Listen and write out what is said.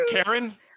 Karen